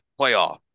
playoff